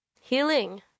healing